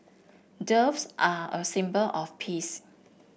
doves are a symbol of peace